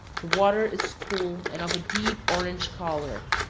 the water is cool, and of a deep orange color.